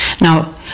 Now